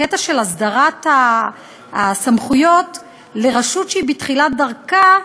בקטע של הסדרת הסמכויות לרשות שהיא בתחילת דרכה,